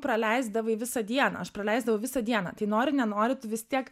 praleisdavai visą dieną aš praleisdavau visą dieną tai nori nenori tu vis tiek